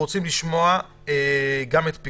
אני רוצה לשמוע את משרד הביטחון,